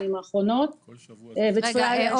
הם מעניקים שירות לתושבים ללקוחות שלכם וגם לקוחות של כללית וגם